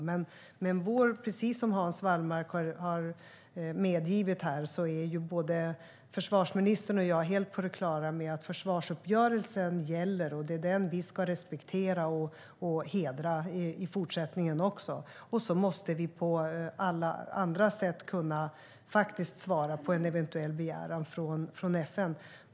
Men precis som Hans Wallmark har medgivit här är både försvarsministern och jag helt på det klara med att försvarsuppgörelsen gäller. Det är den vi ska respektera och hedra även i fortsättningen. Vi måste också på alla andra sätt kunna svara på en eventuell begäran från FN.